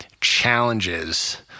challenges